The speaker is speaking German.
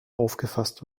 aufgefasst